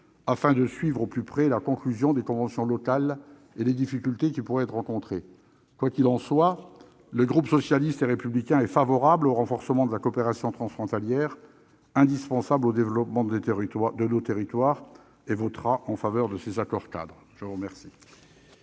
afin de suivre au plus près la conclusion des conventions locales et les difficultés qui pourraient être rencontrées. Quoi qu'il en soit, le groupe socialiste et républicain est favorable au renforcement de la coopération transfrontalière, indispensable au développement de nos territoires, et votera en faveur de l'approbation de ces